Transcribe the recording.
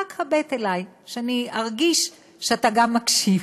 רק הבט אלי, שאני ארגיש שאתה גם מקשיב.